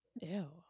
Ew